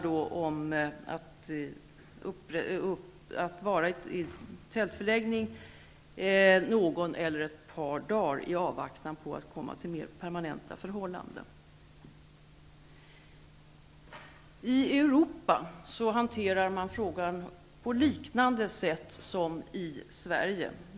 Vistelsetiden i tältförläggning rör sig om någon dag eller ett par dagar i avvaktan på att permanenta förhållanden kan ordnas. I Europa hanterar man frågan på liknande sätt som i Sverige.